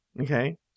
Okay